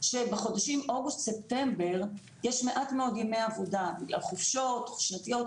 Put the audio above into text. שבחודשים אוגוסט-ספטמבר יש מעט מאוד ימי עבודה בגלל חופשות שנתיות,